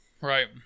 Right